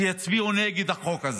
שיצביעו נגד החוק הזה.